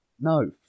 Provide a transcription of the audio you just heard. No